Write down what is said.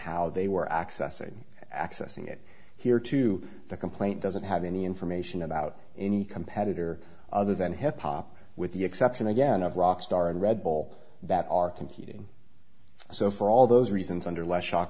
how they were accessing accessing it here to the complaint doesn't have any information about any competitor other than hip hop with the exception again of rock star and red bull that are competing so for all those reasons under less shock